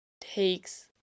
takes